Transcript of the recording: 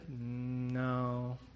no